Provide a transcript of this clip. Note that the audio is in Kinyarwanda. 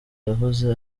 yahoze